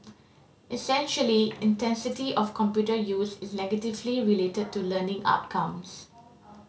essentially intensity of computer use is negatively related to learning outcomes